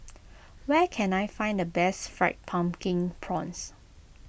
where can I find the best Fried Pumpkin Prawns